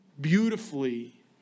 beautifully